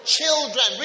Children